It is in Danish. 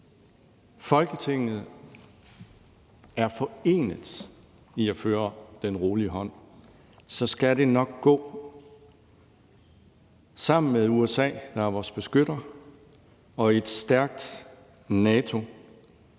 hvis Folketinget er forenet i at føre den rolige hånd, skal det nok gå. Sammen med USA, der er vores beskytter, og et stærkt NATO skal